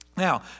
Now